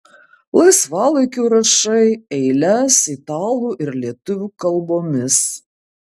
laisvalaikiu rašai eiles italų ir lietuvių kalbomis